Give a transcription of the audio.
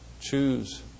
Choose